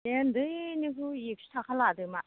बे उन्दैनिखौ एकस' थाखा लादोमा